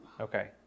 Okay